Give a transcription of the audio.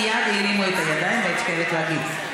מייד הרימו את הידיים והייתי חייבת להגיב.